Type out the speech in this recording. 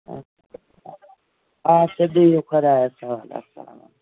آچھا بِہِو خدایَس حَوالہٕ اَسلام